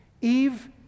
Eve